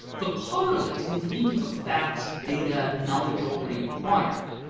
the correlate in thinking of facts, data, knowledge already acquired,